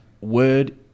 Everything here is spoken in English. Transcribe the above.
Word